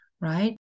right